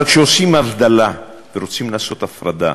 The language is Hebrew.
אבל כשעושים הבדלה ורוצים לעשות הפרדה